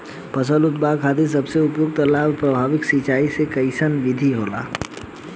फसल उत्पादन खातिर सबसे उपयुक्त लागत प्रभावी सिंचाई के कइसन विधि होला?